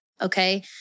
okay